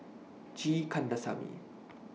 G Kandasamy